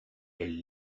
elles